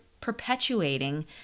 perpetuating